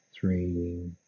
three